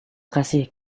kasih